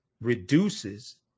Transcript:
reduces